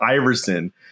Iverson